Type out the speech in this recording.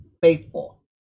faithful